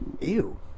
ew